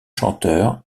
chanteur